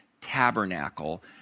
tabernacle